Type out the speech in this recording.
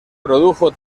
produjo